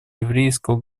еврейского